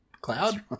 Cloud